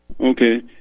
Okay